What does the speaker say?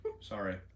Sorry